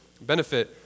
benefit